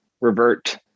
revert